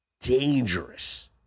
Dangerous